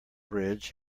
bridge